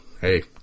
hey